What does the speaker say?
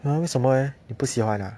!huh! 为什么你不喜欢 ah